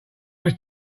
was